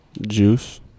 Juice